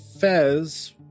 fez